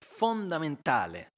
fondamentale